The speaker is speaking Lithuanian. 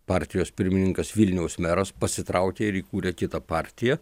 partijos pirmininkas vilniaus meras pasitraukė ir įkūrė kitą partiją